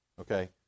okay